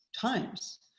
times